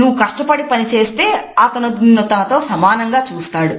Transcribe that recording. నువ్వు కష్టపడి పని చేస్తే అతను నిన్ను తనతో సమానంగా చూస్తాడు